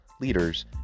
leaders